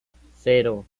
cero